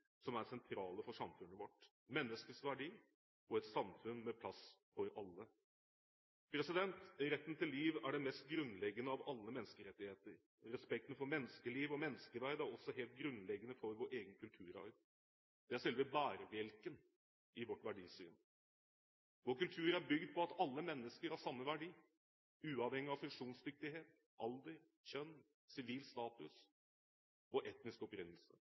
som er sentrale for samfunnet vårt – menneskets verdi og et samfunn med plass til alle. Retten til liv er den mest grunnleggende av alle menneskerettigheter. Respekten for menneskeliv og menneskeverd er også helt grunnleggende for vår egen kulturarv. Dette er selve bærebjelken i vårt verdisyn. Vår kultur er bygd på at alle mennesker har samme verdi, uavhengig av funksjonsdyktighet, alder, kjønn, sivil status og etnisk opprinnelse.